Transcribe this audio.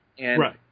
Right